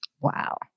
Wow